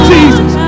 Jesus